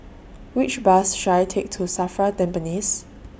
Which Bus should I Take to SAFRA Tampines